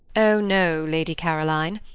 oh no, lady caroline.